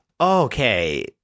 Okay